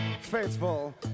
faithful